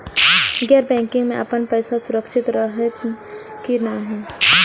गैर बैकिंग में अपन पैसा सुरक्षित रहैत कि नहिं?